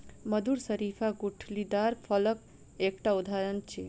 मधुर शरीफा गुठलीदार फलक एकटा उदहारण अछि